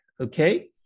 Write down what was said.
okay